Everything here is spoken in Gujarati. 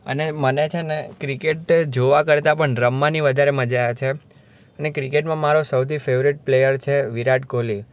અને મને છે ને ક્રિકેટ જોવા કરતાં પણ રમવાની વધારે મજા છે ને ક્રિકેટમાં મારો સૌથી ફેવરેટ પ્લેયર છે વિરાટ કોહલી